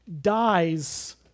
dies